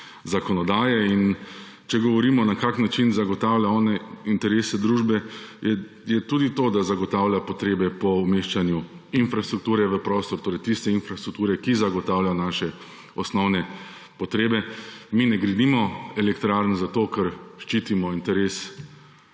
zakonodaje in če govorimo, na kak način zagotavlja ona interese družbe, je tudi to, da zagotavlja potrebe po umeščanju infrastrukture v prostor, torej tiste infrastrukture, ki zagotavlja naše osnovne potrebe. Mi ne gradimo elektrarn zato, ker ščitimo interes